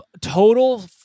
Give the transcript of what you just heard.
total